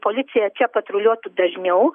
policija čia patruliuotų dažniau